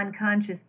unconscious